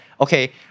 okay